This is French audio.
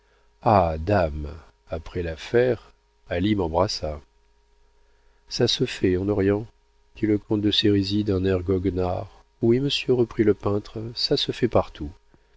ah dame après l'affaire ali m'embrassa ça se fait en orient dit le comte de sérisy d'un air goguenard oui monsieur reprit le peintre ça se fait partout